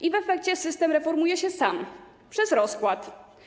I w efekcie system reformuje się sam, przez rozkład.